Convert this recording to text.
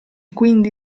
quindi